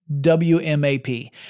W-M-A-P